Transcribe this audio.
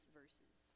verses